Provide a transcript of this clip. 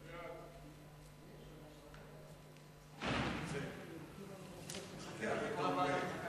ההצעה להעביר את הנושא לוועדת הכספים